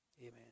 Amen